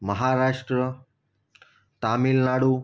Maharashtra Tamil Nadu